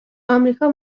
امریکا